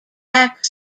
back